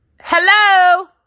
Hello